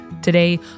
Today